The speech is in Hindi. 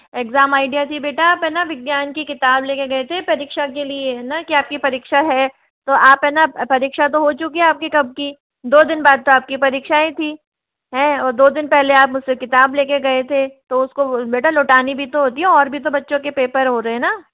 एग्जाम आइडिया थी बेटा आप है ना विज्ञान की किताब लेके गए थे परीक्षा के लिए है ना कि आपकी परीक्षा है तो आप है ना परीक्षा तो हो चुकी है आपकी कब की दो दिन बाद तो आपकी परीक्षाएँ थी हैं और दो दिन पहले आप मुझसे किताब लेके गए थे तो उसको बेटा लौटानी भी तो होती है और भी तो बच्चों के पेपर हो रहे है ना